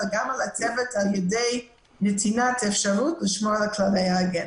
וגם על הצוות על ידי נתינת אפשרות לשמור על כללי ההיגיינה.